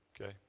Okay